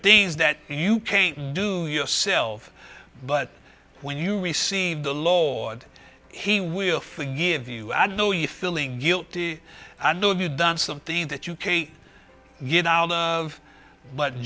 things that you can't do yourself but when you receive the lord he will forgive you i know you feeling guilty i know have you done something that you k get out of but